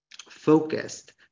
focused